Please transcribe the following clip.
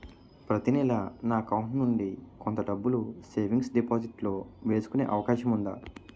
ప్రతి నెల నా అకౌంట్ నుండి కొంత డబ్బులు సేవింగ్స్ డెపోసిట్ లో వేసుకునే అవకాశం ఉందా?